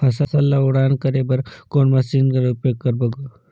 फसल ल उड़ान करे बर कोन मशीन कर प्रयोग करबो ग?